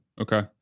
okay